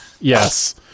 Yes